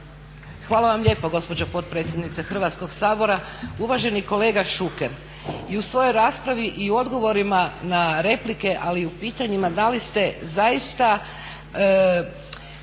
Hvala vam lijepo gospođo potpredsjednice Hrvatskog sabora. Uvaženi kolega Šuker, i u svojoj raspravi i u odgovorima na replike, ali i u pitanjima da li ste zaista